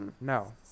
No